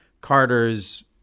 Carter's